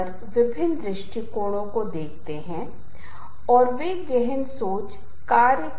इसलिए आपको यह पृष्ठभूमि देते हुए मैं आपको जल्दी से एक अवलोकन दे दूंगा कि हम क्या देखने जा रहे हैं